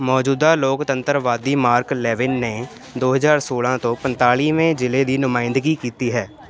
ਮੌਜੂਦਾ ਲੋਕਤੰਤਰਵਾਦੀ Mark Levin ਨੇ ਦੋ ਹਜ਼ਾਰ ਸੋਲ੍ਹਾਂ ਤੋਂ ਪੰਤਾਲੀਵੇਂ ਜ਼ਿਲ੍ਹੇ ਦੀ ਨੁਮਾਇੰਦਗੀ ਕੀਤੀ ਹੈ